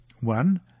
One